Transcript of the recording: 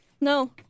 No